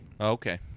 Okay